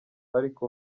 ariko